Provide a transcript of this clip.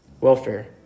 welfare